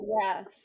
yes